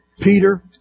Peter